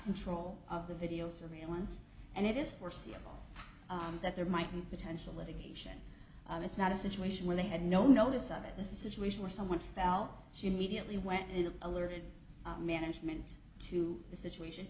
control of the video surveillance and it is foreseeable that there might be potential litigation it's not a situation where they had no notice of it the situation where someone felt she immediately went into alerted management to the situation